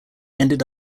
ended